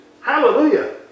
Hallelujah